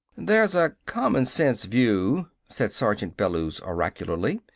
there's a common-sense view, said sergeant bellews oracularly,